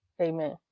Amen